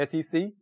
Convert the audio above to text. SEC